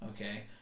Okay